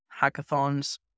hackathons